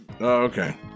okay